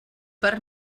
per